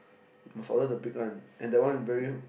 must order the big one and that one very